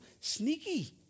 sneaky